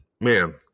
Man